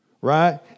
Right